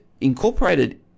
incorporated